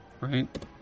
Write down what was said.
Right